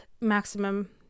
maximum